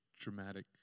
dramatic